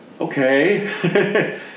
Okay